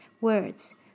words